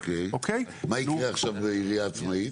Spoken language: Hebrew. אוקיי, מה יקרה עכשיו עם וועדה עצמאית?